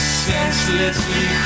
senselessly